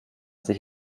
sich